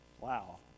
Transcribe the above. wow